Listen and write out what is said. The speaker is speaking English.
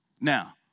Now